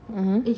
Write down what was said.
mmhmm